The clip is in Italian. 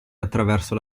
attraverso